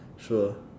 sure